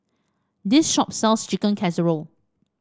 this shop sells Chicken Casserole